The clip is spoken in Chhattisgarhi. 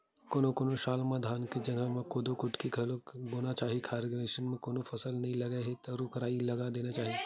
कोनो कोनो साल म धान के जघा म कोदो, कुटकी, राई घलोक बोना चाही खार म अइसन कोनो फसल नइ लगाना हे त रूख राई लगा देना चाही